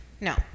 No